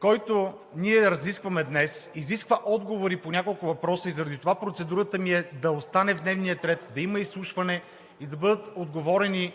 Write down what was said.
който ние разискваме днес, изисква отговори по няколко въпроса и заради това процедурата ми е да остане в дневния ред, да има изслушване и да бъде отговорено